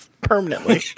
permanently